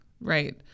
right